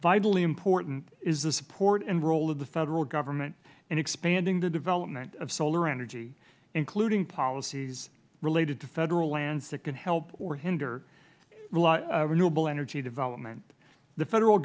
vitally important is the support and role of the federal government in expanding the development of solar energy including policies related to federal lands that could help or hinder renewable energy development the federal